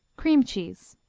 cream cheese.